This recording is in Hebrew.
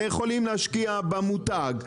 ויכולים להשקיע במותג,